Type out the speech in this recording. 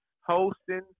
hosting